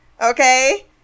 Okay